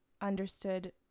understood